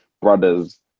brothers